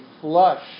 flush